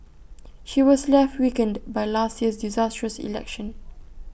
she was left weakened by last year's disastrous election